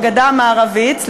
בגדה המערבית.